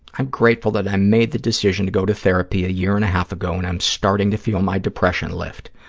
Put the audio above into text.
i'm grateful that i made the decision to go to therapy a year and a half ago and i'm starting to feel my depression lift,